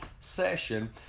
session